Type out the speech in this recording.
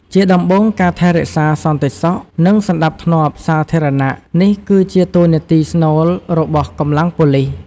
ជាដំបូងការថែរក្សាសន្តិសុខ និងសណ្តាប់ធ្នាប់សាធារណនេះគឺជាតួនាទីស្នូលរបស់កម្លាំងប៉ូលិស។